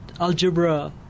algebra